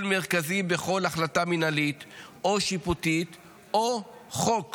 מרכזי בכל החלטה מינהלית או שיפוטית או חוק